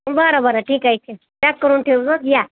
बरं बरं ठीक आहे ठीक पॅक करून ठेवू न या